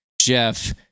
Jeff